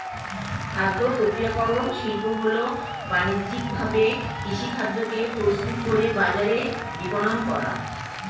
খাদ্যপ্রক্রিয়াকরণ শিল্প হল বানিজ্যিকভাবে কৃষিখাদ্যকে প্রস্তুত করে বাজারে বিপণন করা